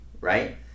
right